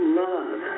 love